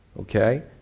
Okay